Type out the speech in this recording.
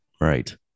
Right